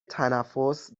تنفس